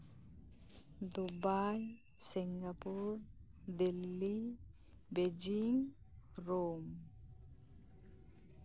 Dubai Singapore Delhi Beijing Rome